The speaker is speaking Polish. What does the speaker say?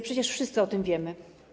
Przecież wszyscy o tym wiemy.